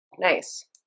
Nice